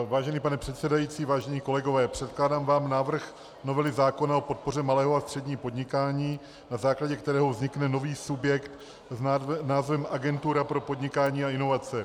Vážený pane předsedající, vážení kolegové, předkládám vám návrh novely zákona o podpoře malého a středního podnikání, na základě kterého vznikne nový subjekt s názvem Agentura pro podnikání a inovace.